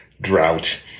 drought